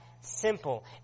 simple